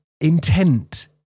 intent